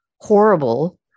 horrible